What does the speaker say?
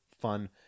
fun